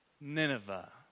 Nineveh